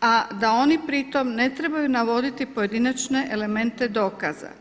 a da oni pritom ne trebaju navoditi pojedinačne elemente dokaza.